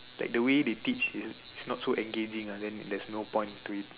like the way they teach is is not so engaging then theres no point to it